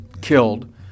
killed